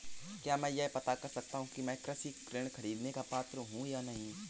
क्या मैं यह पता कर सकता हूँ कि मैं कृषि ऋण ख़रीदने का पात्र हूँ या नहीं?